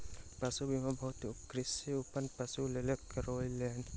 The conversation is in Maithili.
पशु बीमा बहुत कृषक अपन पशुक लेल करौलेन